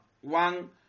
one